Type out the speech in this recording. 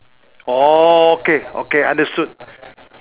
orh okay okay understood